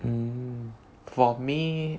um for me